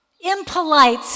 impolite